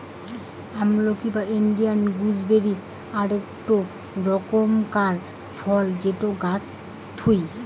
আমলকি বা Indian gooseberry আকটো রকমকার ফল যেটো গাছে থুই